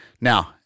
Now